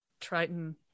Triton